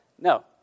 No